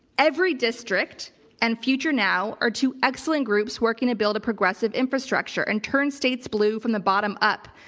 everydistrict and future now are two excellent groups working to build a progressive infrastructure and turn states blue from the bottom up.